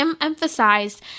emphasized